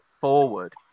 forward